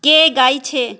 কে গাইছে